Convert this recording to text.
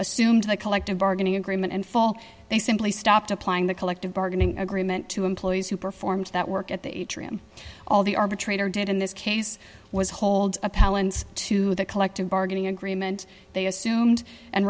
assumed the collective bargaining agreement and fall they simply stopped applying the collective bargaining agreement to employees who performed that work at the atrium all the arbitrator did in this case was hold appellants to the collective bargaining agreement they assumed and